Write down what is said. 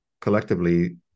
collectively